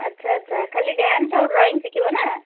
ଆଚ୍ଛା ଆଚ୍ଛା ଖାଲି ଡ୍ୟାନ୍ସ ଆଉ ଡ୍ରଇଁ ଶିଖିବ ନା